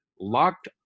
Locked